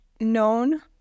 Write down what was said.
known